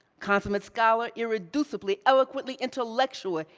consummate scholar, irreducibly eloquently intellectual,